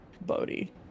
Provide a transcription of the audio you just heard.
Bodhi